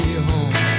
home